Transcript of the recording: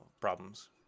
problems